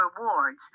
rewards